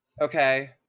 Okay